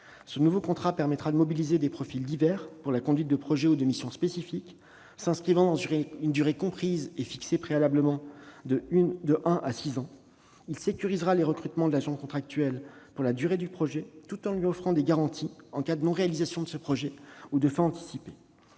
Ce nouveau contrat permettra de mobiliser des profils divers pour la conduite de projets ou de missions spécifiques s'inscrivant dans une durée fixée préalablement et comprise entre un an et six ans. Il sécurisera le recrutement de l'agent contractuel pour la durée du projet, tout en lui offrant des garanties en cas de non-réalisation du projet ou de fin anticipée.